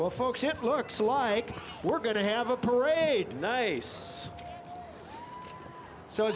well folks it looks like we're going to have a parade nice so